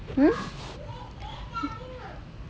no what